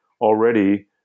already